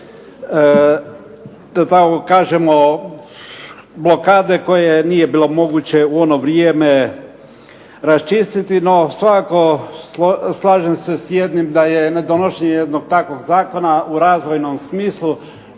da tako kažemo blokade, koje nije bilo moguće u ono vrijeme raščistiti. No svakako slažem se s jednim da je nedonošenje jednog takvog zakona u razvojnom smislu